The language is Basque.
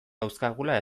dauzkagula